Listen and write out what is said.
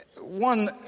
One